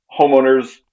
homeowners